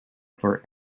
for